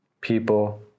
people